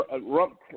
Rump